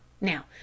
now